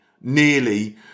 nearly